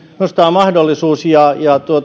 minusta tämä on mahdollisuus